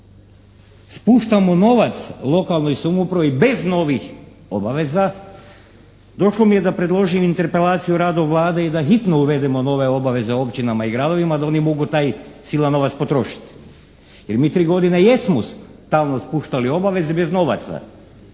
spuštamo novac lokalnoj samoupravi bez novih obaveza došlo mi je da predložim interpelaciju rada Vlade i da hitno uvedemo nove obaveze općinama i gradovima da oni mogu taj silan novac potrošiti jer mi tri godine jesmo stalno spuštali obaveze bez novaca.